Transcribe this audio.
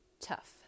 tough